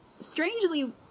strangely